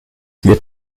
wird